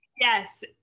Yes